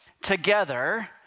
together